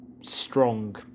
strong